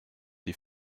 die